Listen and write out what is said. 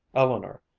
eleanor,